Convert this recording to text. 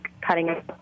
cutting –